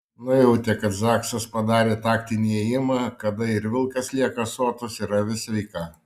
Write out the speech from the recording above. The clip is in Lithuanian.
nujautė kad zaksas padarė taktinį ėjimą kada ir vilkas lieka sotus ir avis sveika